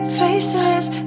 faces